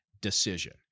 decision